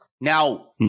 now